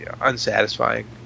unsatisfying